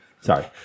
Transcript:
Sorry